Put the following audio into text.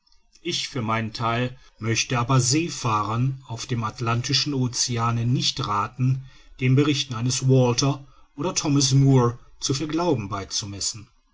ich für meinen theil möchte aber seefahrern auf dem atlantischen oceane nicht rathen den berichten eines walter oder thomas moore zu viel glauben beizumessen